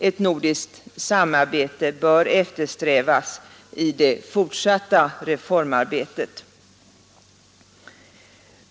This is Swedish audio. Ett nordiskt samarbete bör eftersträvas i det fortsatta reformarbetet.